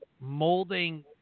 molding